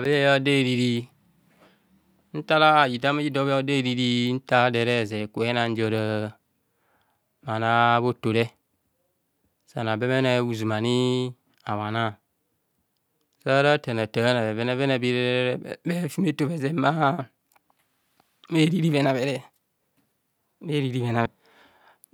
Ara bhoda eriri, ntar hitam idor bhoda eriri nta do ere ze ekubho eian ji ora bhano rotore sano bemene uziom ani habhana saratanatana bhevene vene berere mabhefumeto bhezem bha eriri bhenabhere bheriri bhenamere